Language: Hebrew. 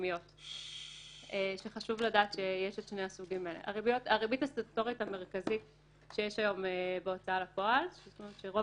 אשר לא בוצע במערכת ההוצאה לפועל ושלא